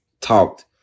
talked